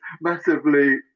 massively